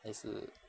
还是